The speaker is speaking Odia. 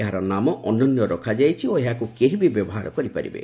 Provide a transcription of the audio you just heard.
ଏହାର ନାମ 'ଅନନ୍ୟ' ରଖାଯାଇଛି ଓ ଏହାକୁ କେହିବି ବ୍ୟବହାର କରିପାରିବେ